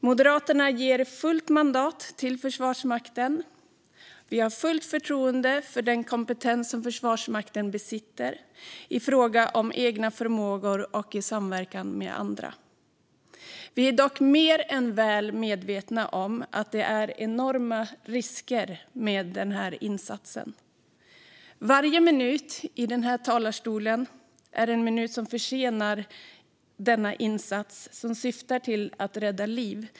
Moderaterna ger fullt mandat till Försvarsmakten. Vi har fullt förtroende för den kompetens som Försvarsmakten besitter i fråga om egna förmågor och i samverkan med andra. Vi är dock mer än väl medvetna om att det är enorma risker med den här insatsen. Varje minut i den här talarstolen är en minut som försenar insatsen som syftar till att rädda liv.